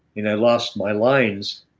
and i lost my lines,